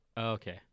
Okay